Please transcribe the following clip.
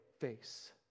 face